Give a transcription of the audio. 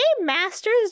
Masters